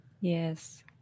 Yes